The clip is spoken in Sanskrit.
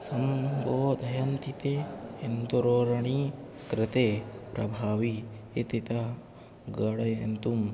सम्बोधयन्ति ते हिन्दुरोरुणी कृते प्रभावि इति ते गणिन्तुम्